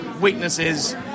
weaknesses